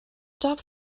stop